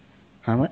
!huh! what